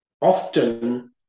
often